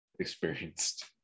experienced